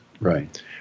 Right